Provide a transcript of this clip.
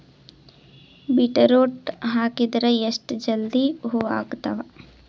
Beetroot ಹಾಕಿದರ ಎಷ್ಟ ಜಲ್ದಿ ಹೂವ ಆಗತದ?